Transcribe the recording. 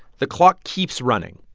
the clock keeps running.